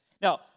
Now